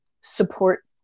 support